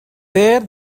there